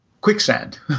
Quicksand